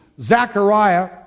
Zechariah